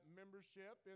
membership